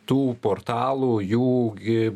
tų portalų jų gi